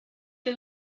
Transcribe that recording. que